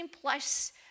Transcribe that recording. plus